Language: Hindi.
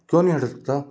क्यों नहीं हटता